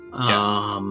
Yes